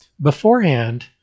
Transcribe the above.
beforehand